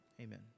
amen